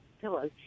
pillows